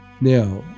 Now